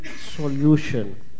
solution